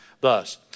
thus